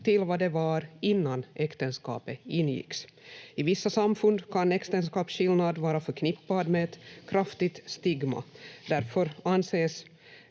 till vad det var innan äktenskapet ingicks. I vissa samfund kan äktenskapsskillnad vara förknippad med ett kraftigt stigma. Därför anses